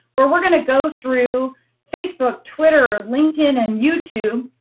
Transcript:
we're we're going to go through facebook, twitter, linkedin, and youtube.